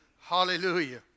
Hallelujah